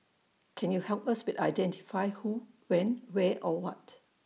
can you help us with identifying who when where or what